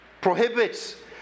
prohibits